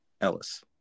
Ellis